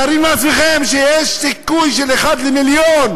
מתארים לעצמכם שיש סיכוי של אחד למיליון